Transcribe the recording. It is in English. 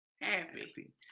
happy